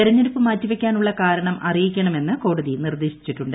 തെരഞ്ഞെടുപ്പ് മാറ്റിവയ്ക്കാൻ ഉള്ള കാരണം അറിയിക്കണമെന്ന് കോടതി നിർദ്ദേശിച്ചിട്ടുണ്ട്